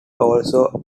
also